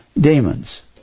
demons